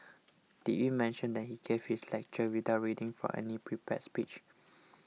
did we mention that he gave this lecture without reading from any prepared speech